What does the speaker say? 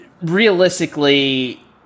realistically